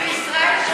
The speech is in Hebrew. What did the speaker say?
אבל בישראל,